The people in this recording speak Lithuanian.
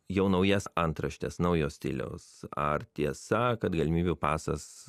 jau naujas antraštes naujo stiliaus ar tiesa kad galimybių pasas